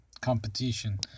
competition